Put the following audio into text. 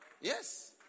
yes